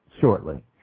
shortly